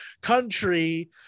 country